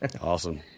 Awesome